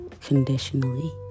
conditionally